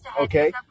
Okay